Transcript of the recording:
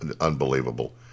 unbelievable